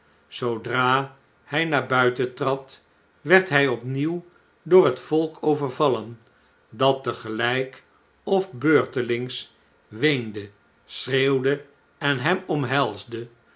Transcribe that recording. zoodra hij naar buiten trad werd hij opnieuw door het volk overvallen dat tegelijk of beurtelings weende schreeuwde en hemomhelsde